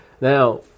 Now